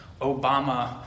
Obama